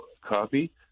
copy